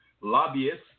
lobbyists